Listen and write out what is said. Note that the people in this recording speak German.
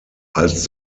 als